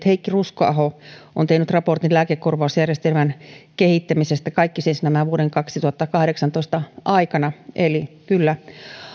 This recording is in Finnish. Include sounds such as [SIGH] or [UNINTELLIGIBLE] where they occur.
[UNINTELLIGIBLE] heikki ruskoaho on tehnyt raportin lääkekorvausjärjestelmän kehittämisestä kaikki nämä siis vuoden kaksituhattakahdeksantoista aikana eli kyllä